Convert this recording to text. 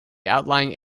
outlying